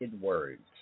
words